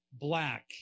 black